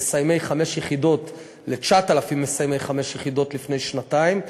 מסיימי חמש יחידות ל-9,000 מסיימי חמש יחידות לפני שנתיים.